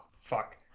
Fuck